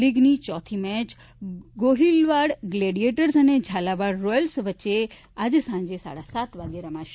લીગની ચોથી match Gohilwad gladiators અને Zalawad royals વચ્ચે આજે સાંજે સાડા સાત વાગ્યે રમાશે